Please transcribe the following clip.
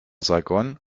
saigon